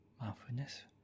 mindfulness